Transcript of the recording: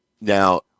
Now